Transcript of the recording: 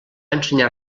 ensenyar